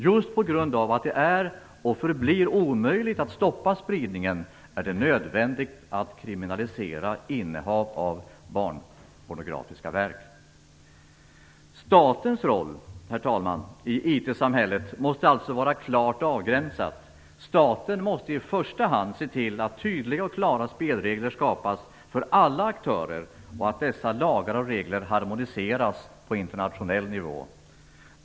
Just på grund av att det är och förblir omöjligt att stoppa spridningen är det nödvändigt att kriminalisera innehav av barnpornografiska verk. Herr talman! Statens roll i IT-samhället måste alltså vara klart avgränsad. Staten måste i första hand se till att tydliga och klara spelregler skapas för alla aktörer och att dessa lagar och regler harmoniseras på internationell nivå.